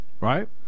right